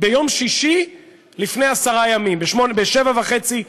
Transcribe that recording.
ביום שישי לפני עשרה ימים ב-07:30.